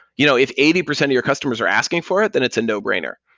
you know if eighty percent of your customers are asking for it, then it's a no brainer,